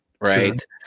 right